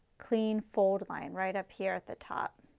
clean fold line right up here at the top.